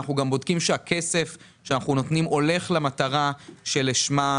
אנחנו גם בודקים שהכסף שאנחנו נותנים הולך למטרה שהוא ביקש.